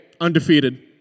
undefeated